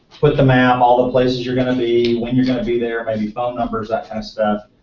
split the map, all the places you're going to be, when you're going to be there, maybe phone numbers, that kind of stuff.